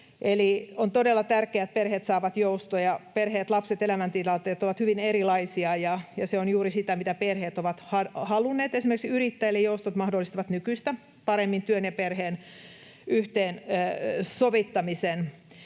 on todella tärkeää, että perheet saavat joustoja. Perheet, lapset ja elämäntilanteet ovat hyvin erilaisia, ja joustot ovat juuri sitä, mitä perheet ovat halunneet. Esimerkiksi yrittäjille joustot mahdollistavat nykyistä paremmin työn ja perheen yhteensovittamisen.